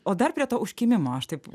o dar prie to užkimimo aš taip